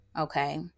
okay